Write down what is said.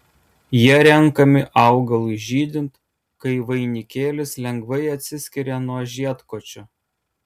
jie renkami augalui žydint kai vainikėlis lengvai atsiskiria nuo žiedkočio